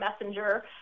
messenger